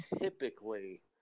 typically